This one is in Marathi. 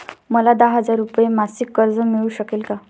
मला दहा हजार रुपये मासिक कर्ज मिळू शकेल का?